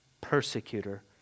persecutor